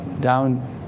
down